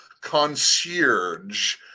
concierge